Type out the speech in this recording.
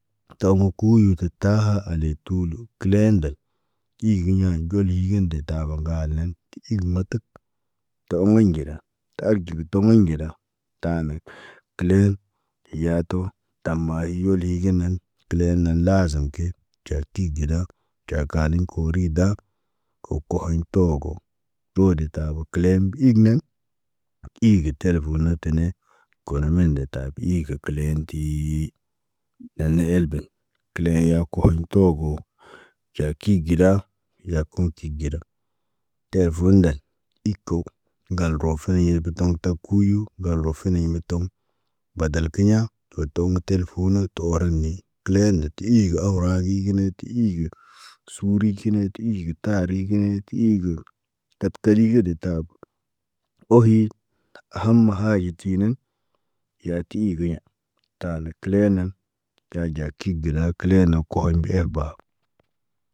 Tomo kuyut taha ale tulu kəlendel. To oŋgela tə arɟigi toŋgeɲ ŋgela. Taanə kilẽ, yatu tamahiyoloyigenen, kilee na laazumke, calti geda, cakani korida. Ko kohoɲ toogo, coode tabo kəlem ig nen, iige teləfone tinẽ, konomen detabo iigə kəliŋ tii. Lane el ben, kile ya kohon togo, caki gida, yaakun ki gera. Teləfondəl ik ko, ŋgal rofeɲe be doŋg taku kuyu, ŋgal roofene imetom. Badal kiɲa, wo toŋg teləfon nə, tə tooran ni. Klee nditi, iige aw raagigi ne ti ig, suuri kine ti igər, taari gine ti iigər. Kat kali ge de tabo, ohi hamma haɟi tinen. Yaati igeɲa, taandə, kəle nən, ka ɟa kig ginaa kəlena koɲ beeba.